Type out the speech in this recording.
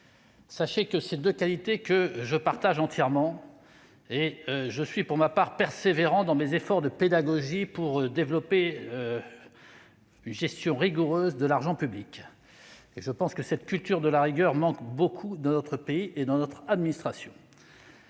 entièrement ces deux qualités. Je suis moi-même constant et persévérant dans mes efforts de pédagogie pour développer une gestion rigoureuse de l'argent public. Je pense que cette culture de la rigueur manque beaucoup dans notre pays et dans notre administration.